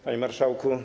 Panie Marszałku!